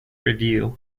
review